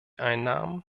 einnahmen